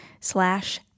slash